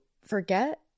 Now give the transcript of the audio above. forget